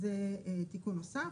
אז זה תיקון נוסף.